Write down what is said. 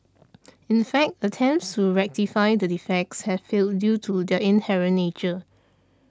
in fact attempts to rectify the defects have failed due to their inherent nature